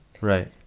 Right